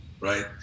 right